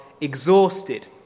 exhausted